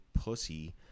pussy